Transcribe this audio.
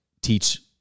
teach